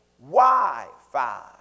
Wi-Fi